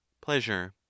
pleasure